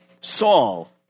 Saul